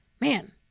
Man